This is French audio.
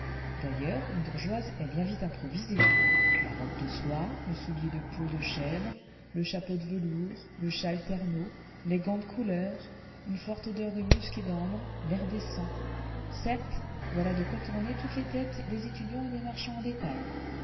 d'ailleurs une bourgeoise est bien vite improvisée la robe de soie le soulier de peau de chèvre le chapeau de velours le châle ternaux les gants de couleur une forte odeur de musc et d'ambre l'air décent certes voilà de quoi tourner toutes les têtes des étudiants et des marchands en détail